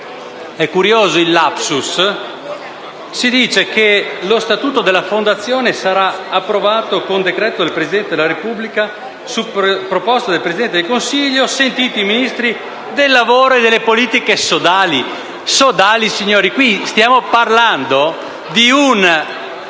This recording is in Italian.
un curioso *lapsus* si dice che lo statuto della Fondazione sarà approvato «con decreto del Presidente della Repubblica, su proposta del Presidente del Consiglio dei ministri, sentiti i Ministri del lavoro e delle politiche sodali». «Sodali»! Signori, qui stiamo parlando di un